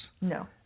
No